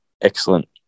excellent